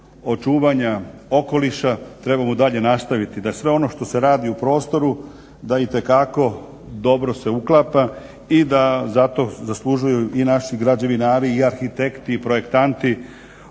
očuvanja okoliša trebamo dalje nastaviti, da sve ono što se radi u prostoru da itekako dobro se uklapa i da zato zaslužuju i naši građevinari, arhitekti, projektanti